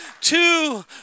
two